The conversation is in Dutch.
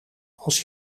als